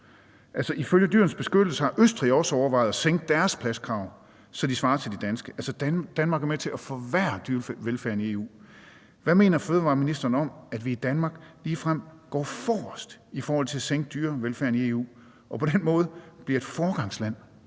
Ifølge Dyrenes Beskyttelse har Østrig også overvejet at sænke deres pladskrav, så de svarer til de danske. Danmark er altså med til at forværre dyrevelfærden i EU. Hvad mener ministeren for fødevarer, landbrug og fiskeri om, at vi i Danmark ligefrem går forrest i forhold til at sænke dyrevelfærden i EU og på den måde bliver et foregangsland